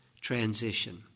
transition